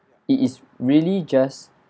it is really just